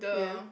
ya